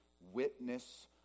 witness